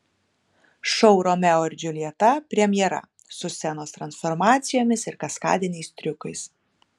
šou romeo ir džiuljeta premjera su scenos transformacijomis ir kaskadiniais triukais